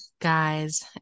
Guys